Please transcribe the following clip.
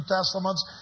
Testaments